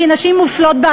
כי נשים מופלות,